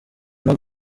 not